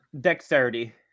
dexterity